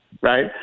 Right